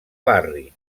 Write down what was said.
barri